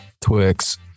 Twix